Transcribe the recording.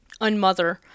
Unmother